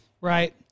Right